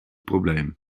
probleem